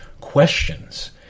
questions